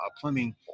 plumbing